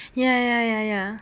ya ya ya ya